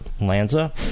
Lanza